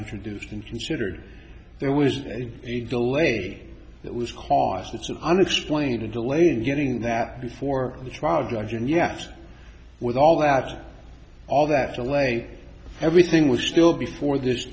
introduced and considered there was a delay that was causing some unexplained a delay in getting that before the trial judge and yes with all that all that delay everything was still before this